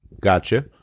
Gotcha